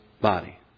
body